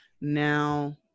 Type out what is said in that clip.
now